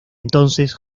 entonces